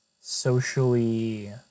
socially